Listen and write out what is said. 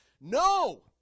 No